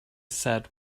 said